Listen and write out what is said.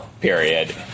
period